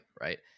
right